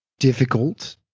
Difficult